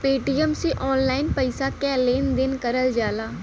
Paytm से online पइसा क लेन देन करल जाला